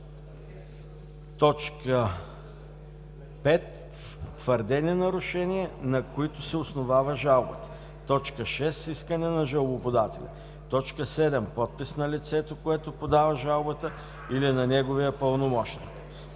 5. твърдени нарушения, на които се основава жалбата; 6. искане на жалбоподателя; 7. подпис на лицето, което подава жалбата, или на неговия пълномощник.